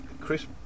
Chris